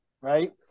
Right